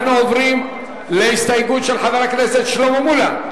אנחנו עוברים להסתייגות של חבר הכנסת שלמה מולה.